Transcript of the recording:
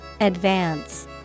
Advance